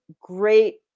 great